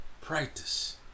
practice